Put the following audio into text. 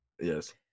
Yes